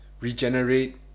regenerate